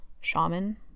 Shaman